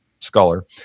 scholar